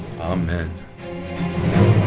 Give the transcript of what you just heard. Amen